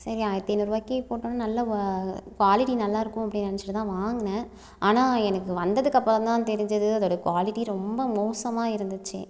சரி ஆயிரத்து ஐநூறுரூவாய்க்கு போட்டோன்னா நல்ல வ குவாலிட்டி நல்லா இருக்கும் அப்படின்னு நினச்சிட்டுதான் வாங்கினேன் ஆனால் எனக்கு வந்ததுக்கு அப்புறம் தான் தெரிஞ்சிது அதோட குவாலிட்டி ரொம்ப மோசமாக இருந்துச்சு